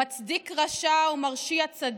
"מצדיק רשע ומרשיע צדיק,